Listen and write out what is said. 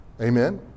Amen